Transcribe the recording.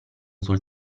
sul